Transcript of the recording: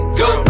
go